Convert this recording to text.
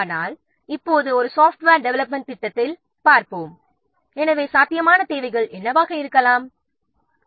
ஆனால் இப்போது ஒரு சாஃப்ட்வேர் டெவெலப்மென்ட் திட்டத்தில் சாத்தியமான தேவைகள் என்னவாக இருக்கலாம் என்று பார்ப்போம்